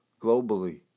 globally